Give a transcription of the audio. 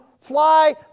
fly